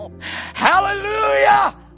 Hallelujah